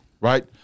Right